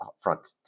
front